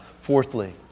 fourthly